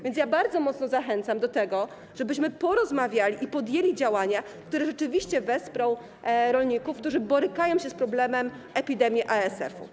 Więc bardzo mocno zachęcam do tego, żebyśmy porozmawiali i podjęli działania, które rzeczywiście wesprą rolników, którzy borykają się z problemem epidemii ASF-u.